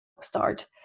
start